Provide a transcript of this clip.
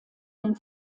den